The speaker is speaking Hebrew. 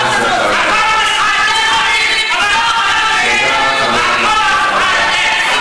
פעולה עם רוצחים ומחבלים.